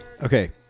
Okay